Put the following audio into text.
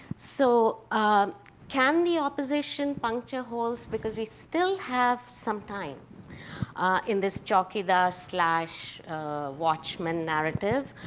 so can the opposition puncture holes, because we still have some time in this chowkidar so like watchman narrative?